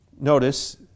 notice